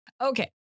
Okay